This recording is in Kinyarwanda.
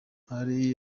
hari